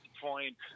point